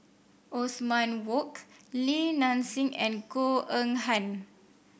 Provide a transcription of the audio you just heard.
Othman Wok Li Nanxing and Goh Eng Han